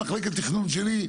כן אבל מחלקת התכנון שלי,